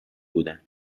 بودم